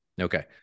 Okay